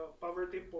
poverty